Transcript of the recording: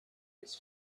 its